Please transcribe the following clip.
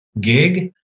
gig